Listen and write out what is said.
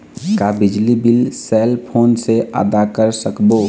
का बिजली bill cell phone से आदा कर सकबो?